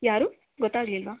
ಯಾರು ಗೊತ್ತಾಗಲಿಲ್ಲ